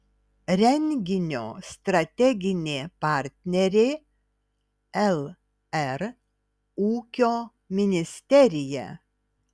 renginio strateginė partnerė lr ūkio ministerija